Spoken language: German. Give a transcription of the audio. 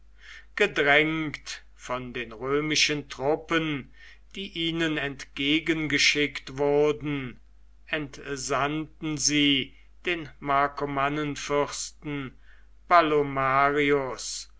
gedrängt von den römischen truppen die ihnen entgegengeschickt wurden entsandten sie den